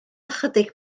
ychydig